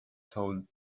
told